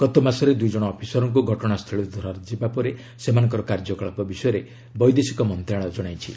ଗତମାସରେ ଦୁଇଜଣ ଅଫିସରଙ୍କୁ ଘଟଣାସ୍ଥଳୀରୁ ଧରାଯିବା ପରେ ସେମାନଙ୍କର କାର୍ଯ୍ୟକଳାପ ବିଷୟରେ ବୈଦେଶିକ ମନ୍ତ୍ରଣାଳୟ ଜଣାଇଛି